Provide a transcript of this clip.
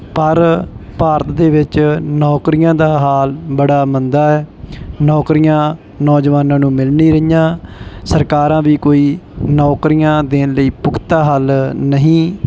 ਪਰ ਭਾਰਤ ਦੇ ਵਿੱਚ ਨੌਕਰੀਆਂ ਦਾ ਹਾਲ ਬੜਾ ਮੰਦਾ ਹੈ ਨੌਕਰੀਆਂ ਨੌਜਵਾਨਾਂ ਨੂੰ ਮਿਲ ਨਹੀਂ ਰਹੀਆਂ ਸਰਕਾਰਾਂ ਵੀ ਕੋਈ ਨੌਕਰੀਆਂ ਦੇਣ ਲਈ ਪੁਖਤਾ ਹੱਲ ਨਹੀਂ